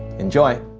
enjoy.